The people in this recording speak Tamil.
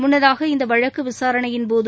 முன்னதாக இந்த வழக்கு விசாரணையின்போது